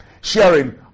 sharing